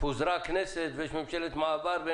פוזרה הכנסת ויש ממשלת מעבר.